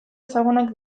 ezagunak